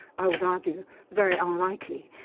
i would argue very unlikely,